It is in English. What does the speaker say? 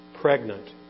pregnant